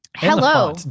Hello